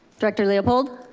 dr. leopold.